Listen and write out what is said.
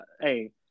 hey